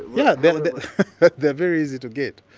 yeah. they're they're very easy to get.